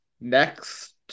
Next